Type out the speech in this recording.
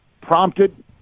prompted –